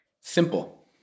Simple